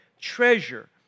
treasure